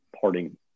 parting